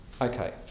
Okay